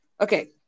Okay